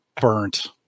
burnt